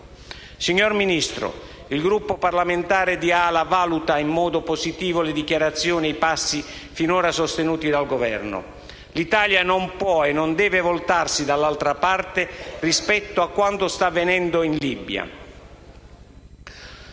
Signor Ministro, il Gruppo parlamentare AL-A valuta in modo positivo le dichiarazioni e i passi finora sostenuti dal Governo. L'Italia non può e non deve voltarsi dall'altra parte rispetto a quanto sta avvenendo in Libia.